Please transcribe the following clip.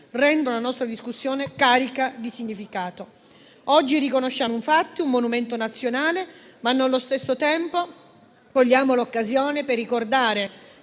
rendono la nostra discussione carica di significato. Oggi riconosciamo un monumento nazionale, ma nello stesso tempo cogliamo l'occasione per ricordare